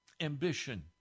Ambition